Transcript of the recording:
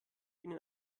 ihnen